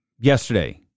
yesterday